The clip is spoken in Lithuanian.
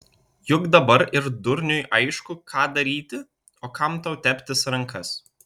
juk dabar ir durniui aišku ką daryti o kam tau teptis rankas